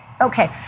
okay